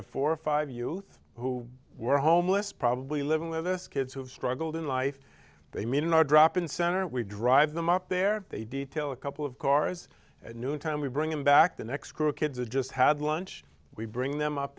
have four or five youth who were homeless probably living with us kids who have struggled in life they mean our drop in center we drive them up there they detail a couple of cars at noontime we bring him back the next crew kids are just had lunch we bring them up